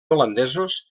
holandesos